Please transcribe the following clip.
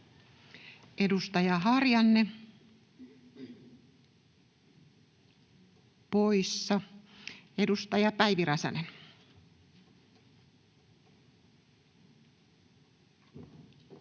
Edustaja Harjanne poissa. — Edustaja Päivi Räsänen.